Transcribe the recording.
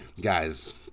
guys